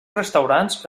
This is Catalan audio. restaurants